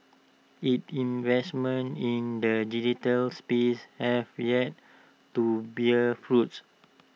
its investments in the digital space have yet to bear fruit